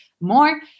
more